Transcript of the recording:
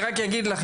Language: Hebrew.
אני רק אגיד לך,